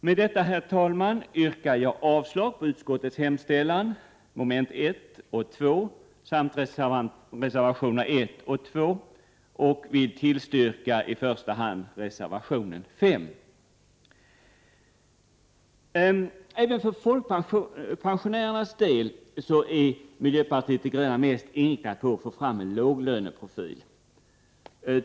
Med detta, herr talman, yrkar jag avslag på utskottets hemställan i mom. 1 och 2 samt på reservationerna 1 och 2 men bifall till i första hand reservation § Även för folkpensionärernas del är miljöpartiet de gröna mest inriktat på att få fram en låglöneprofil.